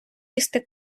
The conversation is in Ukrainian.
їсти